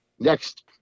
Next